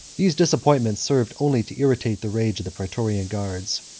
these disappointments served only to irritate the rage of the praetorian guards.